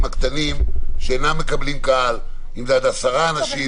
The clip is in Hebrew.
הקטנים שלא מקבלים קהל עד 10 אנשים?